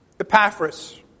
Epaphras